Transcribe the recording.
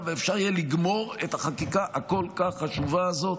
ואפשר יהיה לגמור את החקיקה הכל-כך חשובה הזאת,